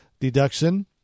deduction